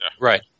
Right